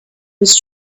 his